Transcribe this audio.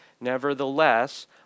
nevertheless